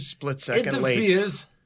interferes